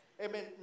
Amen